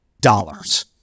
dollars